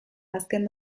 azken